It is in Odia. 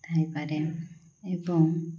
ଥାଇପାରେ ଏବଂ